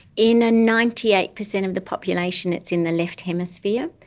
in ah ninety eight percent of the population it's in the left hemisphere.